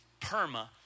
PERMA